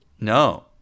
No